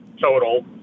total